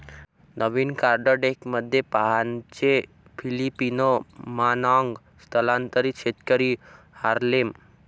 नवीन card डेकमध्ये फाहानचे Filipino मानॉन्ग स्थलांतरित शेतकरी हार्लेम